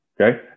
Okay